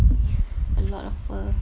with a lot of fur